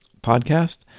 podcast